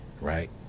Right